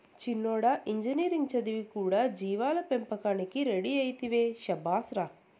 చిన్నోడా ఇంజనీరింగ్ చదివి కూడా జీవాల పెంపకానికి రెడీ అయితివే శభాష్ రా